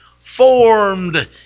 formed